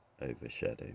overshadow